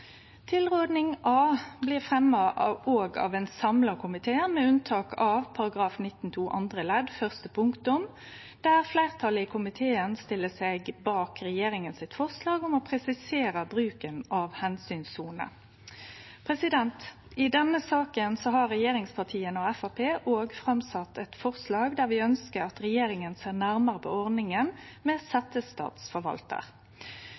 A blir òg fremja av ein samla komité, med unntak av § 19-2 andre ledd første punktum, der fleirtalet i komiteen stiller seg bak forslaget frå regjeringa om å presisere bruken av omsynssoner. I denne saka har regjeringspartia og Framstegspartiet òg sett fram eit forslag der vi ønskjer at regjeringa ser nærmare på ordninga med